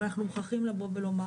אבל אנחנו מוכרחים לבוא ולומר